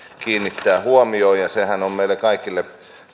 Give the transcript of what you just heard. kiinnittää huomiota ja sehän on meille kaikille